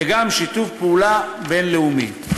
וגם שיתוף פעולה בין-לאומי.